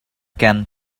can